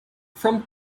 from